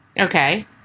Okay